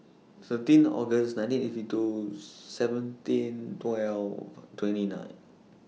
thirteen August nineteen eighty two seventeen twelve twenty nine